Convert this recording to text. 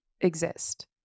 exist